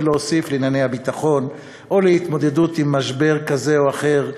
להוסיף לענייני הביטחון או להתמודדות עם משבר כזה או אחר,